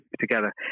together